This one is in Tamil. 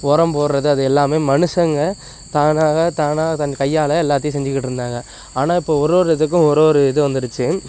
உரம் போடுறது அது எல்லாமே மனுஷங்க தானாக தானா தன் கையால் எல்லாத்தையும் செஞ்சிக்கிட்டு இருந்தாங்க ஆனால் இப்போ ஒரு ஒரு இதுக்கும் ஒரு ஒரு இது வந்துடுச்சு